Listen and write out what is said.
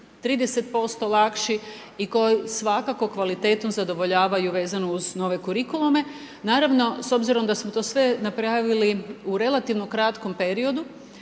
30% lakši i koji svakako kvalitetom zadovoljavaju vezano uz nove kurikulume. Naravno, s obzirom da su to sve napravili u relativnom kratkom periodu,